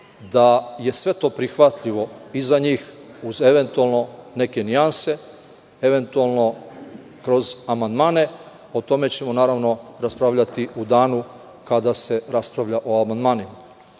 da je sve to prihvatljivo i za njih, uz eventualno neke nijanse, eventualno kroz amandmane, a o tome ćemo, naravno, raspravljati u danu kada se raspravlja o amandmanima.